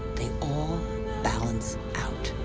they all balance out.